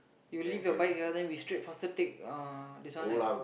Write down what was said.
you leave your bike here then we straight faster take uh this one right